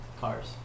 Cars